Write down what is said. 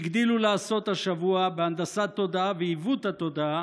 הגדילו לעשות השבוע בהנדסת תודעה ועיוות התודעה: